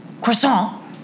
Croissant